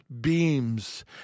beams